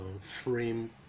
Frame